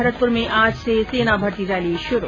भरतपुर में आज से सेना भर्ती रैली शुरू